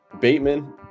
Bateman